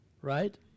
right